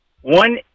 one